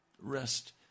Rest